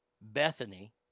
Bethany